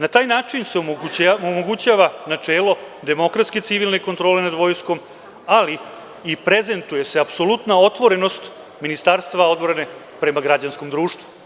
Na taj način se omogućava načelo demokratske civilne kontrole nad vojskom, ali i prezentuje se apsolutna otvorenost Ministarstva odbrane prema građanskom društvu.